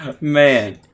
man